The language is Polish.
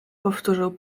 powtórzył